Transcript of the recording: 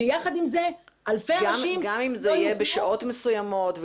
גם אם זה יהיה בשעות מסוימות?